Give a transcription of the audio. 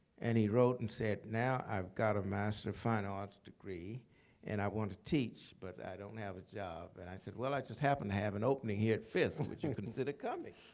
and he wrote and said, now, i've got a master of fine arts degree and i want to teach, but i don't have a job. and i said, well, i just happen to have an opening here at fisk. would you consider coming?